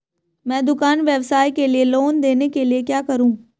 मैं दुकान व्यवसाय के लिए लोंन लेने के लिए क्या करूं?